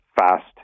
fast